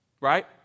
Right